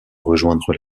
rejoindre